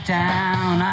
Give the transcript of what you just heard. down